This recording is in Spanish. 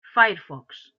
firefox